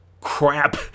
crap